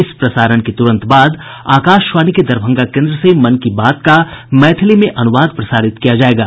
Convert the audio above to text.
इस प्रसारण के तुरंत बाद आकाशवाणी के दरभंगा केन्द्र से मन की बात का मैथिली में अनुवाद प्रसारित किया जायेगा